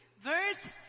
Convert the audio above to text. verse